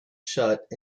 shut